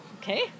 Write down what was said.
okay